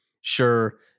Sure